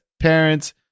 parents